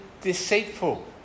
deceitful